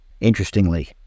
interestingly